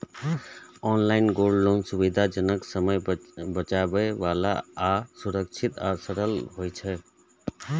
online gold loan सुविधाजनक, समय बचाबै बला आ सुरक्षित आ सरल होइ छै